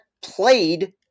played